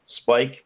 spike